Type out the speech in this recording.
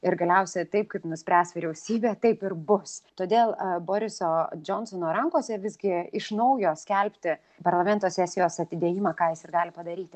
ir galiausiai taip kaip nuspręs vyriausybė taip ir bus todėl boriso džonsono rankose visgi iš naujo skelbti parlamento sesijos atidėjimą ką jis ir gali padaryti